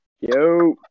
Yo